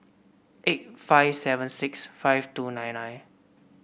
eight five seven six five two nine nine